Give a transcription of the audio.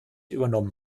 übernommen